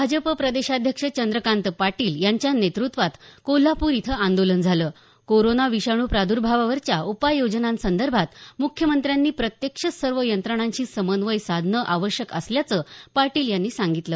भाजप प्रदेशाध्यक्ष चंद्रकांत पाटील यांच्या नेतृत्वात कोल्हापूर इथं आंदोलन झालं कोरोना विषाणू प्रादुर्भावावरच्या उपाययोजनांसंदर्भात मुख्यमंत्र्यांनी प्रत्यक्ष सर्व यंत्रणांशी समन्वय साधणं आवश्यक असल्याचं पाटील यांनी सांगितलं